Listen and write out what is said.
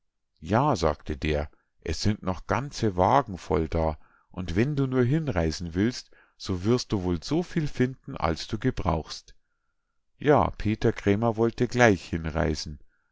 ja sagte der es sind noch ganze wagen voll da und wenn du nur hinreisen willst so wirst du wohl so viel finden als du gebrauchst ja peter krämer wollte gleich hinreisen